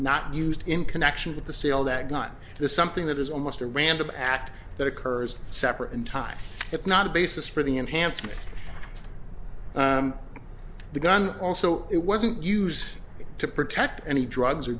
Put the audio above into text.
not used in connection with the sale that got this something that is almost a random act that occurs separate in time it's not a basis for the enhancement the gun also it wasn't used to protect any drugs